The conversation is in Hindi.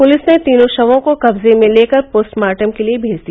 पुलिस ने तीनों शवों को कब्जे में लेकर पोस्टमार्टम के लिये भेज दिया